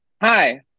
Hi